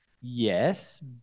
Yes